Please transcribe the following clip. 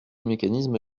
mécanisme